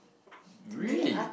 really